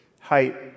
height